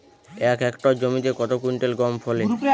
এক হেক্টর জমিতে কত কুইন্টাল গম ফলে?